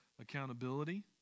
accountability